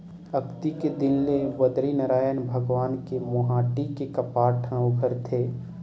अक्ती के दिन ले बदरीनरायन भगवान के मुहाटी के कपाट उघरथे